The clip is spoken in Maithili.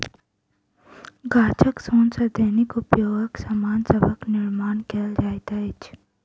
गाछक सोन सॅ दैनिक उपयोगक सामान सभक निर्माण कयल जाइत अछि